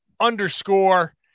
underscore